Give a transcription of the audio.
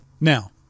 Now